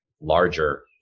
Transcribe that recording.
larger